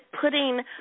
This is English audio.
putting